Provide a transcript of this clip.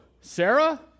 Sarah